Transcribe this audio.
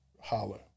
holler